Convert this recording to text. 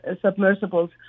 submersibles